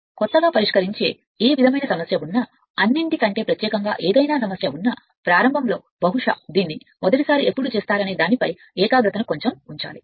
కొత్తగా పరిష్కరించే ఏ విధమైన సమస్య ఉంటే అన్నింటికీ కింద మరియు ఏదైనా సమస్య ఉంటే నేను ఆశిస్తున్నాను ప్రారంభంలో బహుశా దీన్ని మొదటిసారి ఎప్పుడు చేస్తారనే దానిపై దానిపై ఏకాగ్రతను కొంచెం ఉండాలి